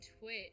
Twitch